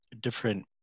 different